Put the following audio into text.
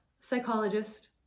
psychologist